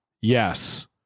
Yes